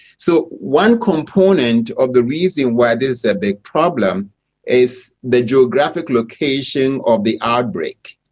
so one component of the reason why this is a big problem is the geographical location of the outbreak.